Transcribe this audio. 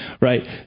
right